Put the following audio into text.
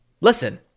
Listen